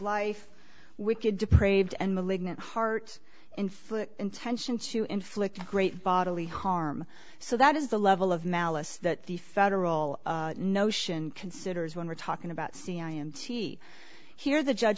life wicked deprived and malignant heart inflict intention to inflict great bodily harm so that is the level of malice that the federal notion considers when we're talking about c i and t here the judge